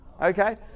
okay